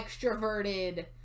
extroverted